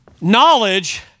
Knowledge